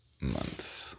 month